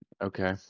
Okay